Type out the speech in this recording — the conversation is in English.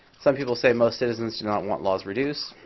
some people say most citizens do not want laws reduced.